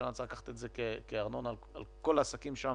בעיניי צריך לקחת את זה כארנונה על כל העסקים שם